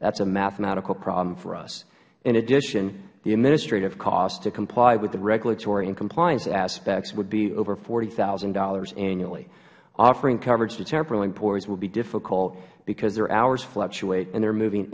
that is a mathematical problem for us in addition the administrative cost to comply with the regulatory and compliance aspects would be over forty thousand dollars annually offering coverage to temporary employees will be difficult because their hours fluctuate and they are moving